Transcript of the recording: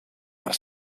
per